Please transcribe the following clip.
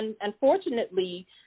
unfortunately